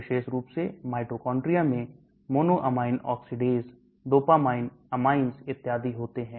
विशेष रुप से Mitochondria मैं monoamine oxidase dopamine amines इत्यादि होते हैं